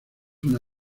una